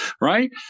right